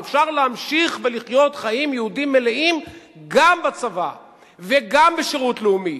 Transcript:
אפשר להמשיך ולחיות חיים יהודיים מלאים גם בצבא וגם בשירות לאומי.